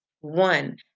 One